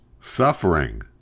suffering